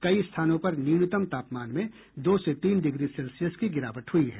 कई स्थानों पर न्यूनतम तापमान में दो से तीन डिग्री सेल्सियस की गिरावट हुई है